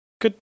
good